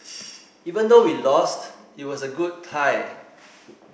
even though we lost it was a good tie